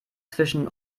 zwischen